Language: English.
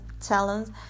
talent